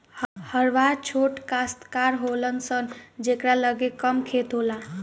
हरवाह छोट कास्तकार होलन सन जेकरा लगे कम खेत होला